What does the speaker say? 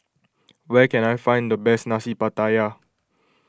where can I find the best Nasi Pattaya